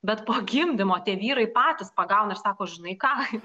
bet po gimdymo tie vyrai patys pagauna ir sako žinai ką